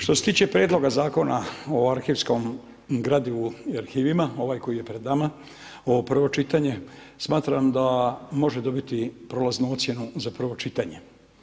Što se tiče prijedloga zakona o arhivskom gradivu i arhivima, ovaj koji je pred nama, ovo je prvo čitanje smatram da može dobiti prolaznu ocjenu za prvo čitanje.